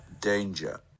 Danger